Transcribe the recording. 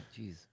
jeez